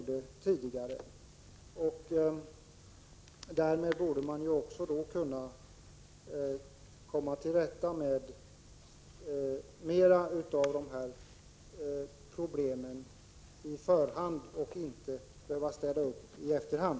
Därmed borde man kunna komma till rätta med de här problemen på förhand och inte behöva städa upp i efterhand.